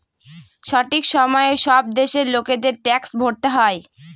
সঠিক সময়ে সব দেশের লোকেদের ট্যাক্স ভরতে হয়